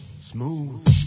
Smooth